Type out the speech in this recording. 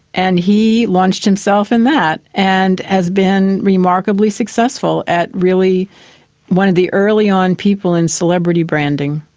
and he launched himself in that and has been remarkably successful at really one of the early-on people in celebrity branding.